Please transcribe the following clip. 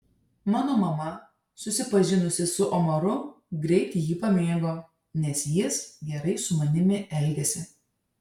mano mama susipažinusi su omaru greit jį pamėgo nes jis gerai su manimi elgėsi